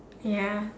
ya